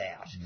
out